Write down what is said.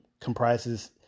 comprises